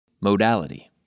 Modality